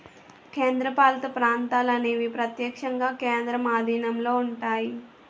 కేంద్రపాలిత ప్రాంతాలు అనేవి ప్రత్యక్షంగా కేంద్రం ఆధీనంలో ఉంటాయి